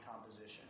composition